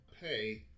pay